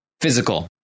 physical